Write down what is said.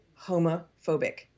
homophobic